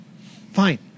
Fine